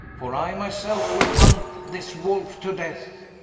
for i my selfe will hunt this wolfe to death.